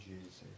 Jesus